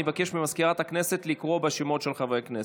אני מבקש מסגנית מזכיר הכנסת לקרוא בשמות של חברי הכנסת,